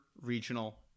regional